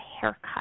haircut